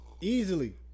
easily